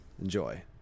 Enjoy